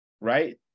right